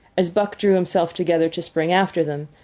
as buck drew himself together to spring after them,